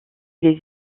les